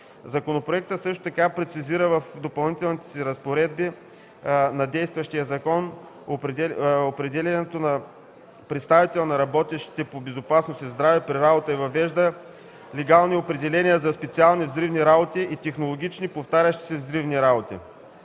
Законопроектът прецизира в Допълнителните разпоредби на действащия закон определението на „представител на работещите по безопасност и здраве при работа и въвежда легални определения за „специални взривни работи” и „технологични (повтарящи се) взривни работи”.